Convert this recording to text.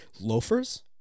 loafers